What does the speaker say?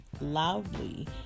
loudly